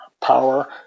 power